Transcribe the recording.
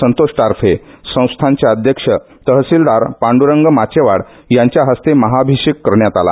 संतोष टारफे संस्थानचे अध्यक्ष तहसीलदार पांडरंग माचेवाल यांच्या हस्ते महाभिषेक करण्यात आला